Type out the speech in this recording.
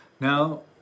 Now